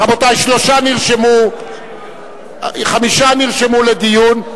רבותי, חמישה נרשמו לדיון.